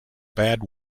bad